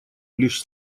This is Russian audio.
лишь